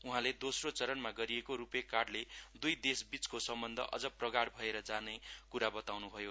उहाँले दोस्रो चरणमा गरिएको रूपे कार्डले दुई देशबीचको सम्बन्ध अझ प्रगाइ भएर जाने कुरा बताउन् भयो